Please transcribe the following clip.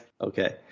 Okay